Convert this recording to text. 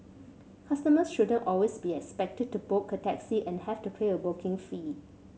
customers shouldn't always be expected to book a taxi and have to pay a booking fee